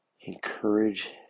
encourage